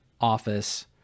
office